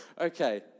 okay